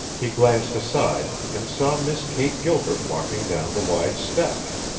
he glanced aside and saw miss kate gilbert walking down the wide steps.